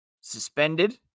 suspended